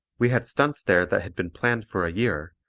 we had stunts there that had been planned for a year,